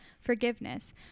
forgiveness